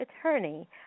attorney